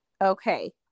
Okay